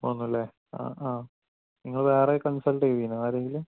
വന്നു അല്ലേ ആ ആ നിങ്ങള് വേറെ കൺസൾട്ട് ചെയ്തിരുന്നുവോ ആരെയെങ്കിലും